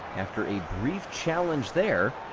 after a brief challenge there,